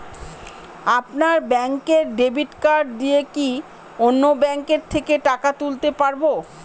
আপনার ব্যাংকের debit card দিয়ে কি অন্য ব্যাংকের থেকে টাকা তুলতে পারবো?